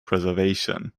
preservation